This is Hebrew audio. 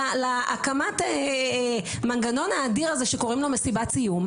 להקמת המנגנון האדיר הזה שקוראים לו מסיבת סיום,